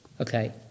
okay